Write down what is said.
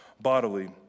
bodily